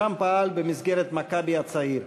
שם פעל במסגרת "המכבי הצעיר".